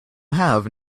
have